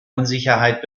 unsicherheit